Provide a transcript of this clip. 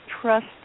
trust